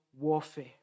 warfare